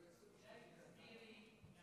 ד"ר טיבי, אני